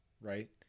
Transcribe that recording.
right